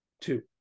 two